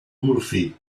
murphy